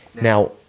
Now